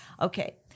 Okay